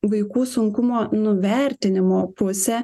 vaikų sunkumo nuvertinimo pusę